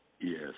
Yes